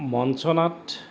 মঞ্চ নাট